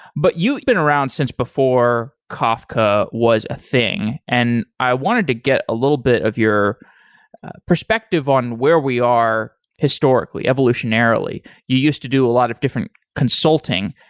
but you've been around since before kafka was a thing, and i wanted to get a little bit of your perspective on where we are historically, evolutionarily. you used to do a lot of different consulting.